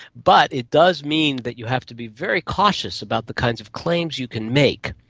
but it does mean that you have to be very cautious about the kinds of claims you can make.